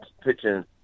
pitching